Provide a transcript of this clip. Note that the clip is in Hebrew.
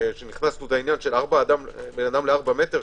שהכנסנו את העניין של אדם ל-4 מטרים,